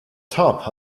top